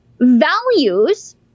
values